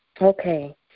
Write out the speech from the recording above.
Okay